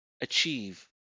achieve